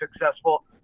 successful